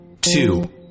two